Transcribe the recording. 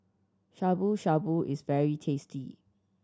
Shabu Shabu is very tasty